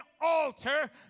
altar